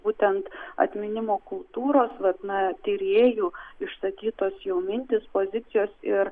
būtent atminimo kultūros vat na tyrėjų išsakytos jau mintys pozicijos ir